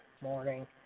morning